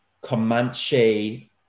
Comanche